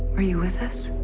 were you with us?